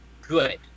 good